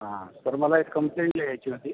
हां सर मला एक कम्प्लेंट लिहायची होती